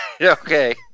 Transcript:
Okay